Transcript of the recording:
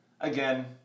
Again